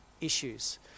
issues